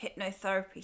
hypnotherapy